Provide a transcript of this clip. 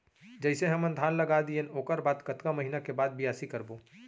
जइसे हमन धान लगा दिएन ओकर बाद कतका महिना के बाद बियासी करबो?